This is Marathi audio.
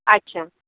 अच्छा